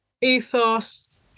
ethos